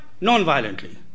non-violently